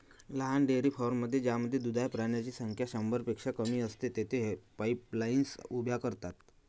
लहान डेअरी फार्ममध्ये ज्यामध्ये दुधाळ प्राण्यांची संख्या शंभरपेक्षा कमी असते, तेथे पाईपलाईन्स उभ्या करतात